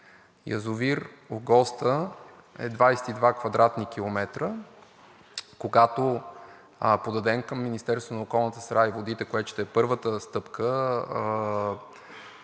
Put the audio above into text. Язовир „Огоста“ е 22 кв. км. Когато подадем към Министерството на околната среда и водите, което ще е първата стъпка,